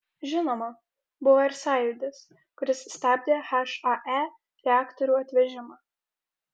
žinoma buvo ir sąjūdis kuris stabdė hae reaktorių atvežimą